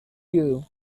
you